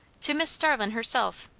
to mis' starlin' herself.